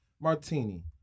Martini